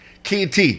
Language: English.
KT